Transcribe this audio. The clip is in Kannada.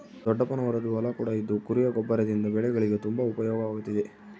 ದೊಡ್ಡಪ್ಪನವರದ್ದು ಹೊಲ ಕೂಡ ಇದ್ದು ಕುರಿಯ ಗೊಬ್ಬರದಿಂದ ಬೆಳೆಗಳಿಗೆ ತುಂಬಾ ಉಪಯೋಗವಾಗುತ್ತಿದೆ